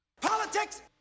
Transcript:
Politics